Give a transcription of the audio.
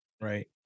Right